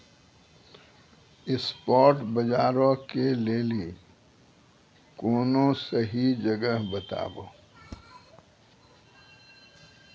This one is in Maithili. स्पाट बजारो के लेली कोनो सही जगह बताबो